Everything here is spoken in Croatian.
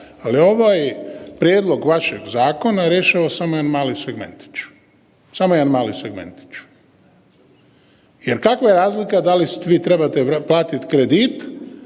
ali ovaj prijedlog vašeg zakona rješava samo jedan mali segmentić, samo jedan mali segmentić. Jer kakva je razlika da li vi trebate platiti kredit